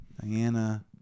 Diana